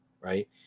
right